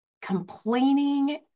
Complaining